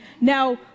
Now